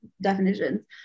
definitions